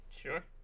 Sure